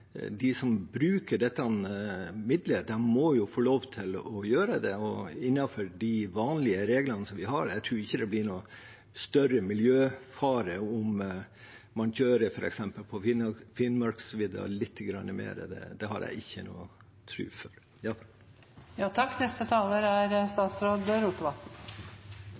de som bruker dette middelet, må jo få lov til å gjøre det, og innenfor de vanlige reglene som vi har. Jeg tror ikke det blir noen større miljøfare om man f.eks. kjører litt mer med scooter på